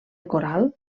coral